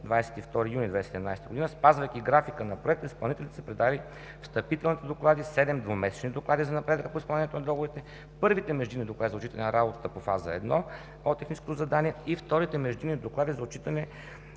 22 юни 2017 г., спазвайки графика на Проекта, изпълнителите са предали встъпителни доклади – седем двумесечни доклада за напредъка по изпълнението на договорите. Първите междинни доклади – за отчитане на работата по Фаза I от техническото задание и вторите междинни доклади – за отчитане